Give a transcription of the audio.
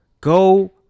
go